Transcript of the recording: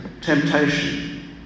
temptation